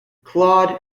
claude